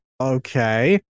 okay